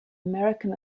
american